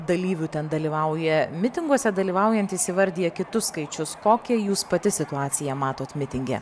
dalyvių ten dalyvauja mitinguose dalyvaujantys įvardija kitus skaičius kokią jūs pati situaciją matot mitinge